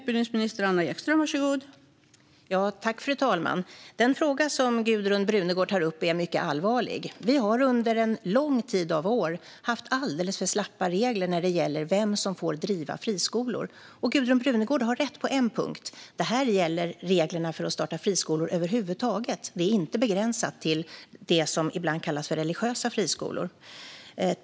Fru talman! Den fråga som Gudrun Brunegård tar upp är mycket allvarlig. Vi har under en lång följd av år haft alldeles för slappa regler när det gäller vem som får driva friskolor. Gudrun Brunegård har rätt på en punkt. Det här gäller reglerna för att starta friskolor över huvud taget. Det är inte begränsat till det som ibland kallas för religiösa friskolor.